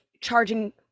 charging